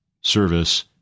service